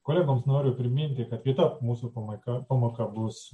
kolegoms noriu priminti kad kita mūsų pamoka pamoka bus